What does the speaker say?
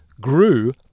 grew